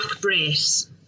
brace